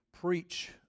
preach